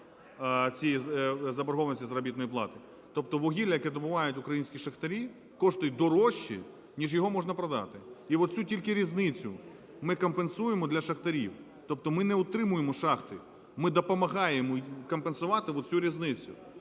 Тобто вугілля, яке добувають українські шахтарі, коштує дорожче, ніж його можна продати. І от цю тільки різницю ми компенсуємо для шахтарів. Тобто ми не утримуємо шахти, ми допомагаємо компенсувати оцю різницю.